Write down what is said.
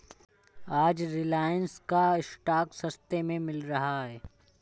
आज रिलायंस का स्टॉक सस्ते में मिल रहा है